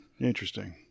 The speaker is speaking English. interesting